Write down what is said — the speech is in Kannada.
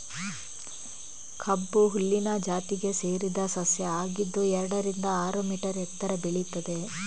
ಕಬ್ಬು ಹುಲ್ಲಿನ ಜಾತಿಗೆ ಸೇರಿದ ಸಸ್ಯ ಆಗಿದ್ದು ಎರಡರಿಂದ ಆರು ಮೀಟರ್ ಎತ್ತರ ಬೆಳೀತದೆ